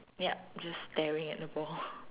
yup just staring at the ball